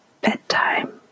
Bedtime